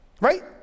right